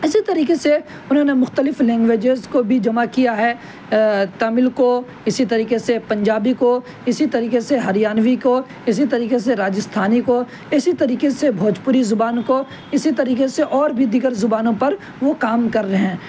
اسی طریقے سے انہوں نے مختلف لنگویجیز کو بھی جمع کیا ہے تمل کو اسی طریقے سے پنجابی کو اسی طریقے سے ہریانوی کو اسی طریقے سے راجستھانی کو اسی طریقے سے بھوجپوری زبان کو اسی طریقے سے اور بھی دیگر زبانوں پر وہ کام کر رہے ہیں